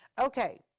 Okay